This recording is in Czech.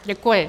Děkuji.